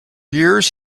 years